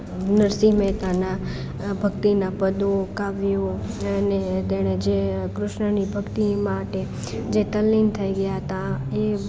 નરસિંહ મહેતાના ભક્તિના પદો કાવ્યો અને તેણે જે કૃષ્ણની ભક્તિ માટે જે તલ્લીન થઈ ગયા હતા એ